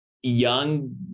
young